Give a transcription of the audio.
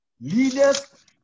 Leaders